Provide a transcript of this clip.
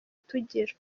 tugira